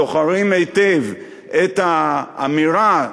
זוכרים היטב את האמירה,